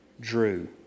Drew